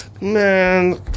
man